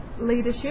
leadership